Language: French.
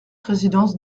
résidence